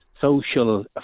social